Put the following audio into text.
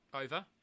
over